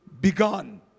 begun